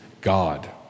God